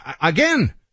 Again